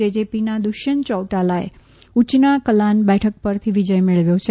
જેજેપીના દુષ્યત ચૌટાલાએ ઉચના કલાન બેઠક પરથી વિજય મેળ્વયો છે